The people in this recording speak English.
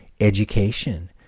education